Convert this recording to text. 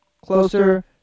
Closer